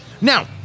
Now